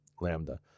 Lambda